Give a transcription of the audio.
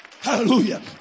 Hallelujah